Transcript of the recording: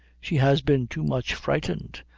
she has been too much frightened,